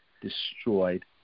destroyed